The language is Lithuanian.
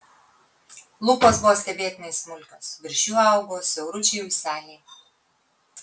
lūpos buvo stebėtinai smulkios virš jų augo siauručiai ūseliai